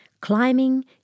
Climbing